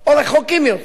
או רחוקים יותר?